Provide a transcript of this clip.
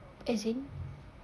as in